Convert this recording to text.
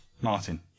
Martin